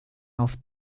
auf